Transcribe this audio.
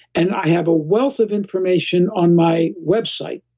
and i have a wealth of information on my website,